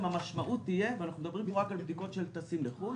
המשמעות תהיה ואנחנו מדברים פה על בדיקות של טסים לחו"ל